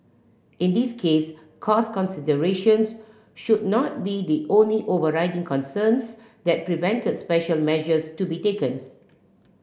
in this case cost considerations should not be the only overriding concerns that prevented special measures to be taken